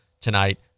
tonight